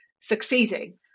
succeeding